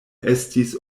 estis